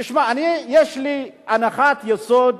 תשמע, יש לי הנחת יסוד